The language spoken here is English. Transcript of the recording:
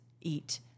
eat